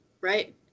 right